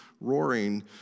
roaring